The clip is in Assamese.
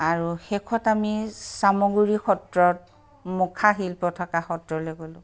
আৰু শেষত আমি চামগুৰি সত্ৰত মুখা শিল্প থকা সত্ৰলৈ গ'লোঁ